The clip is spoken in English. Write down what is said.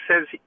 says